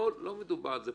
פה לא מדובר על זה,